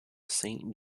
saint